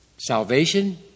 salvation